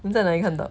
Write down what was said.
!huh! 你在哪里看到